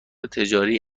تجاری